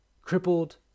crippled